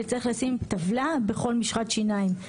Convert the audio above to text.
שצריך לשים טבלה בכל משחת שיניים,